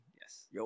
Yes